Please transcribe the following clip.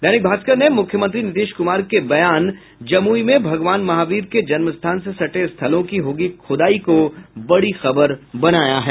दैनिक भास्कर ने मुख्यमंत्री नीतीश कुमार के बयान जमुई में भगवान महावीर के जन्म स्थान से सटे स्थलों की होगी खुदाई को बड़ी खबर बनाया है